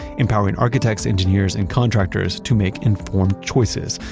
empowering architects, engineers, and contractors to make informed choices,